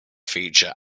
feature